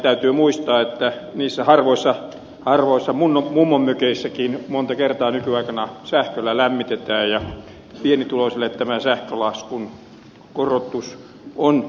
täytyy muistaa että niissä harvoissa mummonmökeissäkin monta kertaa nykyaikana sähköllä lämmitetään ja pienituloisille tämä sähkölaskun korotus on vaikea